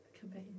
campaign